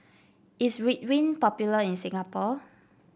is Ridwind popular in Singapore